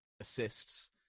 assists